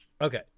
Okay